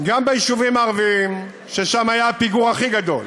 גם ביישובים הערביים ששם היה הפיגור הכי גדול.